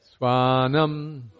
swanam